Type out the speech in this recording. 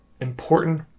important